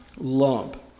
lump